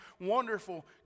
Wonderful